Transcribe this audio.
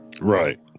Right